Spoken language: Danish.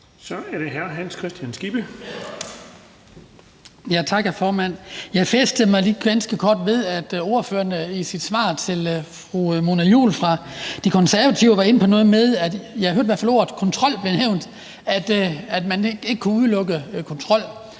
Kl. 19:34 Hans Kristian Skibby (DF): Tak, hr. formand. Jeg hæftede mig lige ganske kort ved, at ordføreren i sit svar til fru Mona Juul fra De Konservative var inde på noget med – jeg hørte i hvert fald ordet kontrol blive nævnt – at man ikke kunne udelukke kontrol.